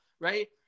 Right